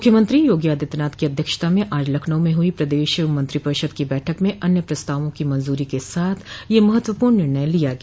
मुख्यमंत्री योगी आदित्यनाथ की अध्यक्षता में आज लखनऊ में हुई प्रदेश मंत्रिपरिषद की बैठक में अन्य प्रस्तावों की मंजूरी के साथ यह महत्वपूर्ण निर्णय लिया गया